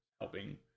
helping